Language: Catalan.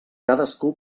cadascú